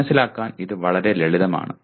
മനസിലാക്കാൻ ഇത് വളരെ ലളിതമാണ്